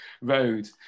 road